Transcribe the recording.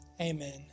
Amen